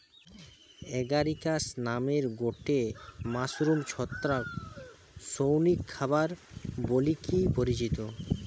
Agaricus নামের গটে mushroom ছত্রাক শৌখিন খাবার বলিকি পরিচিত